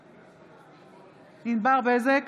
בעד ענבר בזק,